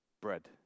bread